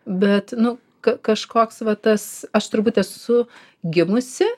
bet nu ka kažkoks va tas aš turbūt esu gimusi